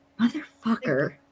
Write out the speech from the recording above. motherfucker